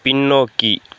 பின்னோக்கி